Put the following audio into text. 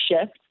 shift